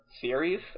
series